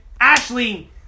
Ashley